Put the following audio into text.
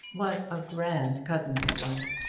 what a grand cousin he was!